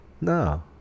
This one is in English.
No